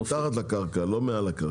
לא, זה מתחת לקרקע, לא מעל הקרקע.